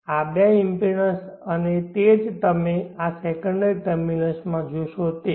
આ બે ઇમ્પિડન્સ અને તે જ તમે આ સેકન્ડરી ટર્મિનલ્સમાં જોશો તે